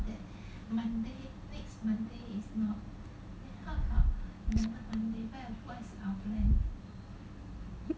then next month